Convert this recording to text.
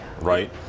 right